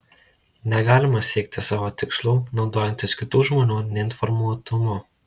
negalima siekti savo tikslų naudojantis kitų žmonių neinformuotumu